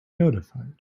notified